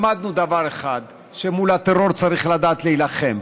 למדנו דבר אחד, שמול הטרור צריך לדעת להילחם,